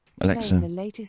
Alexa